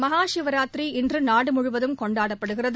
மகா சிவராத்ரி இன்று நாடு முழுவதும் கொண்டாடப்படுகிறது